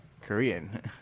Korean